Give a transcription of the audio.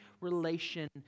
relation